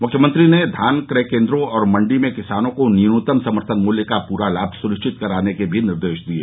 मुख्यमंत्री ने धान क्रय केन्द्रों और मंडी में किसानों को न्यूनतम समर्थन मुल्य का पूरा लाभ सुनिश्चित कराने के भी निर्देश दिये